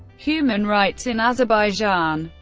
human rights in azerbaijan